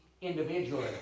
Individually